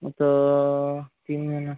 त तीन जणं